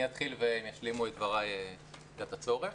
אני אתחיל והם ישלימו את דבריי במידת הצורך.